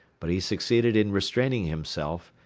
but he succeeded in restraining himself,